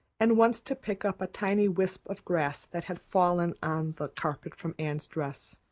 and once to pick up a tiny wisp of grass that had fallen on the carpet from anne's dress.